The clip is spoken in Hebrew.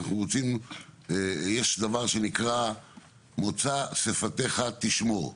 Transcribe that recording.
יש דבר שנקרא מוצא שפתיך תשמור.